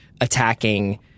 attacking